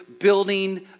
building